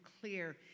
clear